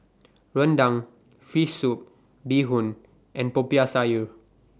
Rendang Fish Soup Bee Hoon and Popiah Sayur